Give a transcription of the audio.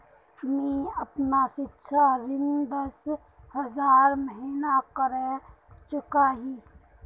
मी अपना सिक्षा ऋण दस हज़ार महिना करे चुकाही